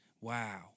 Wow